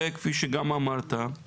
וכפי שגם אמרת,